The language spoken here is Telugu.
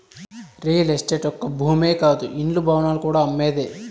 రియల్ ఎస్టేట్ ఒక్క భూమే కాదు ఇండ్లు, భవనాలు కూడా అమ్మేదే